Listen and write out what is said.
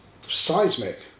seismic